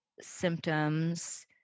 symptoms